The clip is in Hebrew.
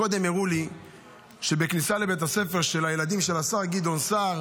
קודם הראו לי שבכניסה לבית הספר של הילדים של השר גדעון סער